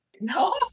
No